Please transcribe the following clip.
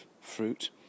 fruit